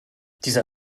dieser